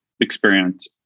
experience